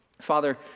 Father